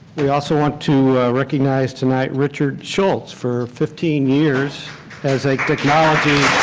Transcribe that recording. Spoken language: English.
we also want to recognize tonight richard schultz for fifteen years as a technology